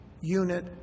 unit